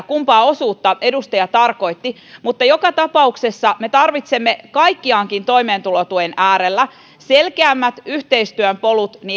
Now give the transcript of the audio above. kumpaa osuutta edustaja tarkoitti mutta joka tapauksessa me tarvitsemme kaikkiaankin toimeentulotuen äärellä selkeämmät yhteistyöpolut